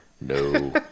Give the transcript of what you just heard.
No